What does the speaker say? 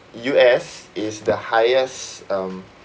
U_S is the highest um